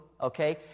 okay